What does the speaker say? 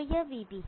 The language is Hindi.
तो यह vB है